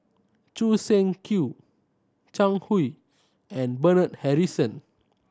Choo Seng Quee Zhang Hui and Bernard Harrison